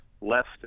left